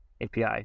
API